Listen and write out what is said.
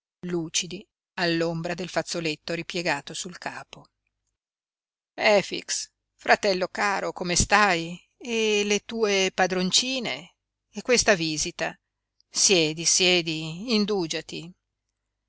lucidi all'ombra del fazzoletto ripiegato sul capo efix fratello caro come stai e le tue padroncine e questa visita siedi siedi indugiati